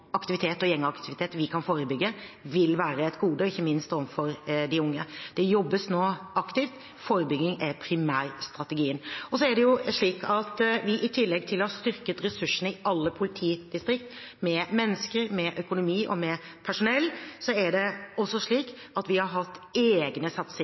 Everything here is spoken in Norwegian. aktivitet, gjengaktivitet, vi kan forebygge, vil være et gode, ikke minst overfor de unge. Det jobbes nå aktivt – forebygging er primærstrategien. I tillegg til å ha styrket ressursene i alle politidistrikter med økonomi og med personell, er det også slik at vi har hatt egne satsinger,